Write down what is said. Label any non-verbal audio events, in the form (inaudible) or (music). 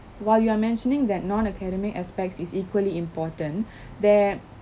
while you are mentioning that non academic aspects is equally important (breath) there